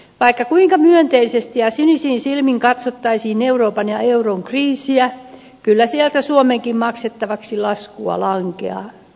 vaikka kuinka myönteisesti ja sinisin silmin katsottaisiin euroopan ja euron kriisiä kyllä sieltä suomenkin maksettavaksi laskua lankeaa